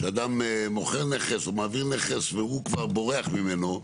שאדם מוכר נכס או מעביר נכס, והוא כבר בורח ממנו.